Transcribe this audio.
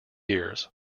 years